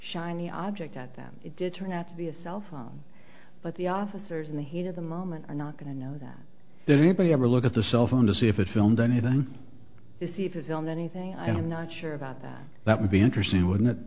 shiny object at them it did turn out to be a cellphone but the officers in the heat of the moment are not going to know that there's anybody ever look at the cell phone to see if it's found anyone to see if a film that anything i'm not sure about that that would be interesting wouldn't it